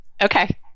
okay